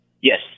Yes